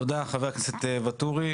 תודה, חבר הכנסת ואטורי.